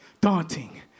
Daunting